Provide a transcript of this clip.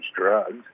drugs